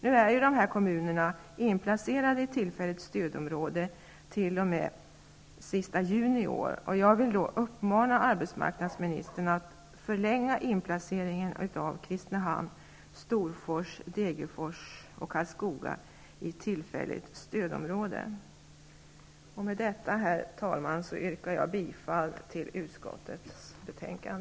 De nämnda kommunerna är som sagt inplacerade i tillfälligt stödområde t.o.m. den 30 juni i år, och jag vill uppmana arbetsmarknadsministern att förlänga inplaceringen av Kristinehamn, Storfors, Med detta, herr talman, yrkar jag bifall till utskottets hemställan.